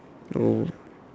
oh